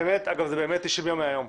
באמת 90 ימים מהיום.